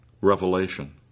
Revelation